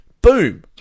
Boom